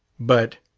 but